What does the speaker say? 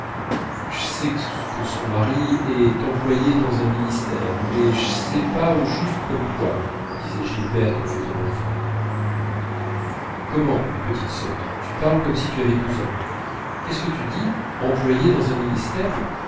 j'sais que son mari est employé dans un ministère mais j'sais pas au juste comme quoi disait gilberte en faisant l'enfant comment petite sotte tu parles comme si tu avais deux ans qu'est-ce que tu dis employé dans un ministère